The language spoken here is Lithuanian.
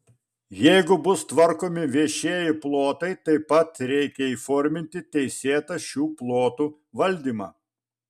jeigu bus tvarkomi viešieji plotai taip pat reikia įforminti teisėtą šių plotų valdymą